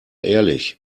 ehrlich